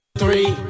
three